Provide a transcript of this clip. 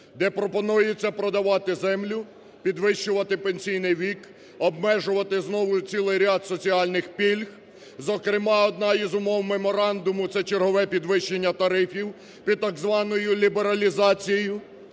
де пропонується продавати землю, підвищувати пенсійний вік, обмежувати знову цілий ряд соціальних пільг. Зокрема, одна із умов меморандуму – це чергове підвищення тарифів під так званою лібералізацією,